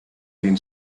been